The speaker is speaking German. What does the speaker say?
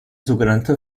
sogenannte